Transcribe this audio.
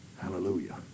hallelujah